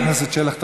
חבר הכנסת שלח,